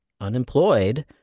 unemployed